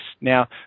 Now